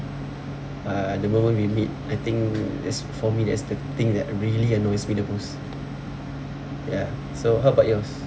uh the moment we meet I think is for me that's the thing that really annoys me the most ya so how about yours